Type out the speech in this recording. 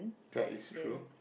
that is true